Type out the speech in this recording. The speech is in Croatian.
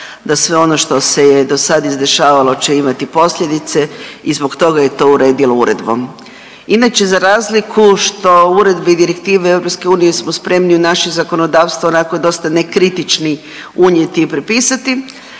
da sve ono što se je do sad izdešavalo će imati posljedice i zbog toga je to uredilo uredbom. Inače za razliku što u uredbi direktive EU smo spremni u naše zakonodavstvo onako dosta nekritični unijeti i prepisati.